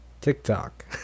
TikTok